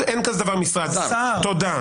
תודה.